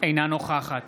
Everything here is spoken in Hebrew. אינה נוכחת